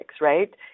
right